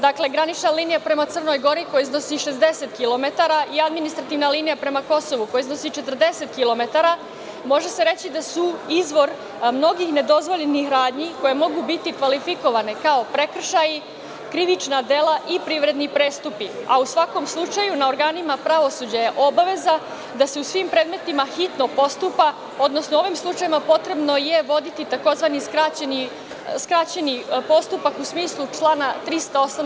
Dakle, granična linija prema Crnoj Gori koja iznosi 60 kilometara i administrativna linija prema Kosovu koja iznosi 40 kilometara, može se reći da su izvor mnogi nedozvoljenih radnji koje mogu biti kvalifikovane kao prekršaj, krivično delo ili privredni prestupi, a u svakom slučaju na organima pravosuđa je obaveza da se u svim predmetima hitno postupa, odnosno u ovim slučajevima je potrebno voditi tzv. skraćeni postupak u smislu člana 308.